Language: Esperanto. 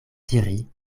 diri